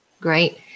Great